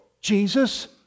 Jesus